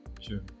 Sure